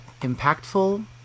impactful